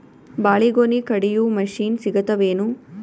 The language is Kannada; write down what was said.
ಬಾಳಿಗೊನಿ ಕಡಿಯು ಮಷಿನ್ ಸಿಗತವೇನು?